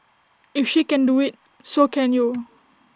if she can do IT so can you